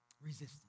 resistance